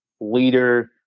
leader